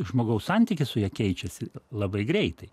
žmogaus santykis su ja keičiasi labai greitai